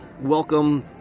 welcome